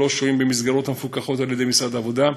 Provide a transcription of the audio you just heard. שלוש שוהים במסגרות המפוקחות על-ידי משרד העבודה,